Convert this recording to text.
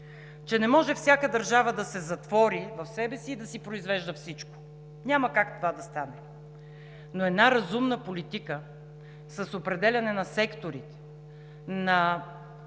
че не може всяка държава да се затвори в себе си и да си произвежда всичко. Това няма как да стане, но една разумна политика с определяне на секторите, на